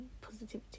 positivity